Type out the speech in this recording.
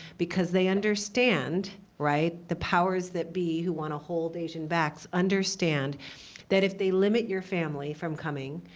because they understand, right, the powers that be who want to hold asians back understand that if they limit your family from coming,